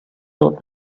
thought